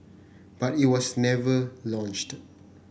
but it was never launched